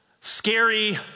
scary